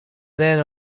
then